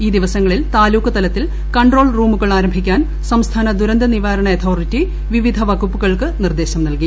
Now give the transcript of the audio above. ഈ ദിവസങ്ങളിൽ താലൂക്ക്തലത്തിൽ കൺട്രോൾ ് റൂമുകൾ ആരംഭിക്കാൻ സംസ്ഥാന ദുരന്തനിവാരണ അതോറിറ്റി പ്പിവിധ വകുപ്പുകൾക്ക് നിർദ്ദേശം നൽകി